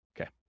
okay